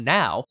now